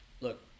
look